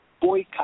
boycott